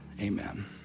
Amen